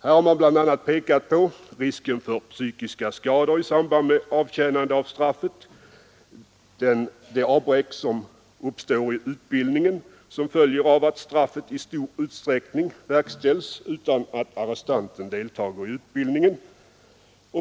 Här har man bl.a. pekat på risken för psykiska skador i samband med avtjänande av straffet och på det avbräck som uppstår i utbildningen som följd av att straffet i stor utsträckning verkställs utan att arrestanten deltar i utbildningen.